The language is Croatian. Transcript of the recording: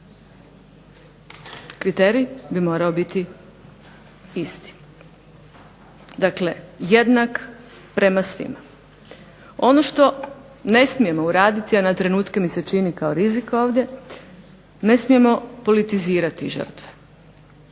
Kriterij bi morao biti isti. Dakle jednak prema svima. Ono što ne smijemo uraditi, a na trenutke mi se čini kao rizik ovdje, ne smijemo politizirati žrtve.